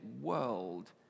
world